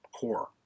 core